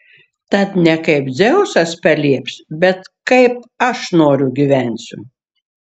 tad ne kaip dzeusas palieps bet kaip aš noriu gyvensiu